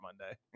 Monday